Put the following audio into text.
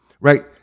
Right